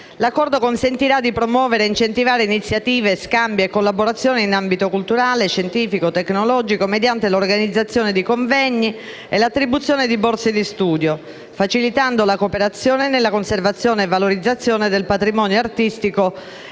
L'Accordo consentirà di promuovere e incentivare iniziative, scambi e collaborazioni in ambito culturale, scientifico e tecnologico mediante l'organizzazione di convegni e l'attribuzione di borse di studio, facilitando la cooperazione nella conservazione e valorizzazione del patrimonio artistico e archeologico e